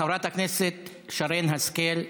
חברת הכנסת שרן השכל.